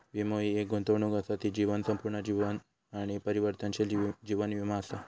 वीमो हि एक गुंतवणूक असा ती जीवन, संपूर्ण जीवन आणि परिवर्तनशील जीवन वीमो असा